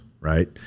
right